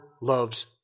loves